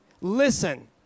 Listen